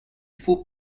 faut